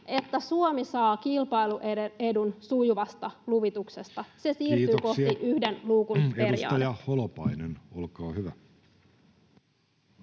että Suomi saa kilpailuedun sujuvasta luvituksesta. Se siirtyy kohti yhden luukun periaatetta. Kiitoksia. — Edustaja Holopainen, olkaa hyvä.